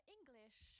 English